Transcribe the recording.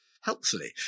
helpfully